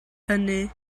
hynny